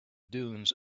dunes